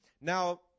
Now